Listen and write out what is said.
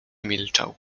milczał